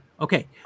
Okay